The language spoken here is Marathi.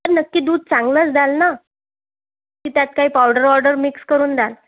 नक्की दूध चांगलंच द्याल ना की त्यात काही पावडर वावडर मिक्स करून द्याल